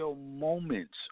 moments